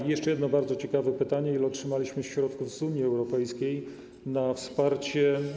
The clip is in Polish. Aha, jeszcze jedno bardzo ciekawe pytanie: Ile otrzymaliśmy środków z Unii Europejskiej na wsparcie?